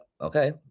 okay